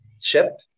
ship